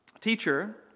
Teacher